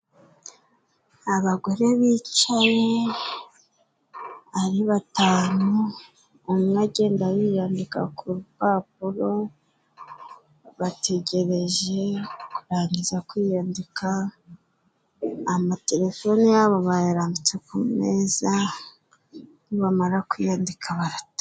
Abagore bicaye ari batanu, buri umwe agenda yiyandika ku rupapuro, bategereje kurangiza kwiyandika. Amatelefoni yabo bayarambitse ku meza, nibamara kwiyandika, barataha.